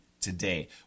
today